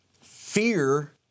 Fear